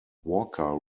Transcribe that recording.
walker